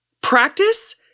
Practice